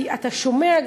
כי אתה שומע,